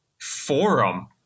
forum